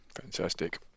fantastic